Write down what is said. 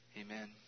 Amen